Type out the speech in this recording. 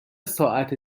ساعت